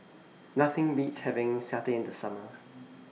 Nothing Beats having Satay in The Summer